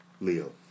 Leo